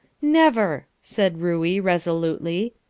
never! said ruey, resolutely.